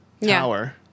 Tower